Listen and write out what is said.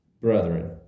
brethren